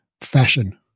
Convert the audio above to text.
fashion